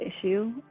issue